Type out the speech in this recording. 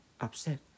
upset